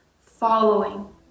following